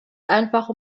einfach